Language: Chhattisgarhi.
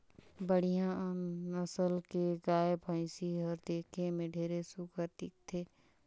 बड़िहा नसल के गाय, भइसी हर देखे में ढेरे सुग्घर दिखथे